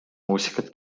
muusikat